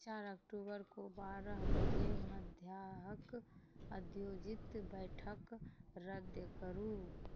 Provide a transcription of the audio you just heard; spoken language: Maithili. चारि अक्टूबरकेँ बारह बजे मध्याह्नक आयोजित बैठक रद्द करू